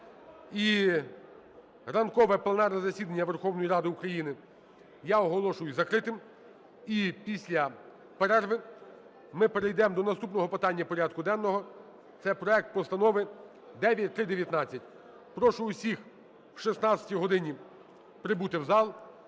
І ранкове пленарне засідання Верховної Ради України я оголошую закритим. І після перерви ми перейдемо до наступного питання порядку денного – це проект Постанови 9319. Прошу всіх о 16 годині прибути в зал